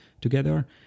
together